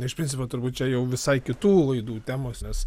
iš principo turbūt čia jau visai kitų laidų temos nes